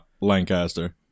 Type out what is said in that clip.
Lancaster